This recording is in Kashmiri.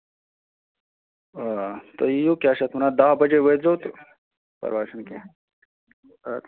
آ تُہۍ یِیِو کیٛاہ چھِ اَتھ وَنان دَہ بَجے وٲتۍزیٚو تہٕ پرواے چھُنہٕ کیٚنٛہہ اَدٕ سا